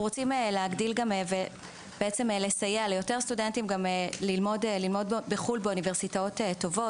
גם רוצים לסייע ליותר סטודנטים ללמוד בחו"ל באוניברסיטאות טובות.